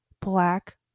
black